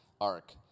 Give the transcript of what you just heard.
arc